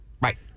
Right